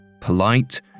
polite